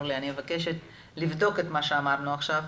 לבדוק את מה שאמרנו עכשיו,